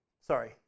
sorry